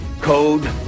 code